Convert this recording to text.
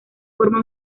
forma